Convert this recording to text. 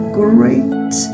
great